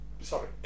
sorry